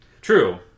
True